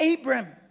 Abram